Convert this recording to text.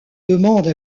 demande